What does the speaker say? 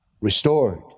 restored